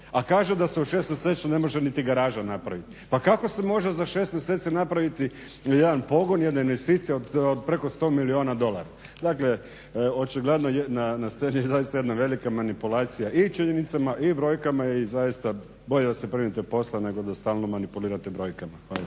a kaže da se u 6 mjeseci ne može niti garaža napraviti. Pa kako se može za 6 mjeseci napraviti …pogon … investicije od preko 100 milijuna dolara. Dakle očigledno radi se jedna velika manipulacija i o činjenicama i o brojkama i zaista je bolje da se primite posla nego da stalno manipulirate brojkama. Hvala.